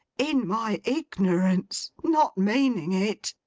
in my ignorance. not meaning it